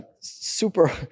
super